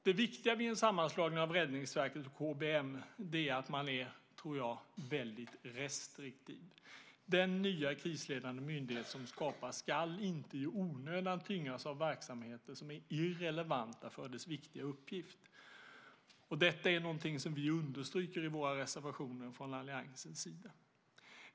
Det viktiga vid en sammanslagning av Räddningsverket och KBM är att man är restriktiv, tror jag. Den nya krisledande myndighet som skapas ska inte i onödan tvingas ha verksamheter som är irrelevanta för dess viktiga uppgift. Detta är någonting som vi understryker i våra reservationer från alliansens sida.